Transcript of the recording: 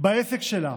בעסק שלה